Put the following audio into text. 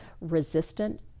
resistant